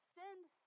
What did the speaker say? Send